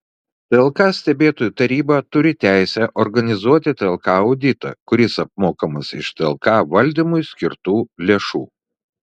tlk stebėtojų taryba turi teisę organizuoti tlk auditą kuris apmokamas iš tlk valdymui skirtų lėšų